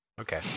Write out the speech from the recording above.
okay